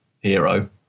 hero